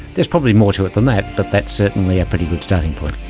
there's probably more to it than that, but that's certainly a pretty good starting point.